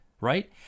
right